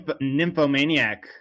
nymphomaniac